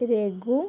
Raghu